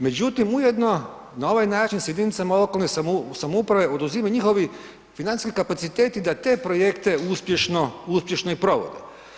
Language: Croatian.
Međutim, ujedno na ovaj način se jedinicama lokalne samouprave oduzima njihovi financijski kapaciteti da te projekte uspješno, uspješno i provode.